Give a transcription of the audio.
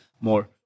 more